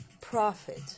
profit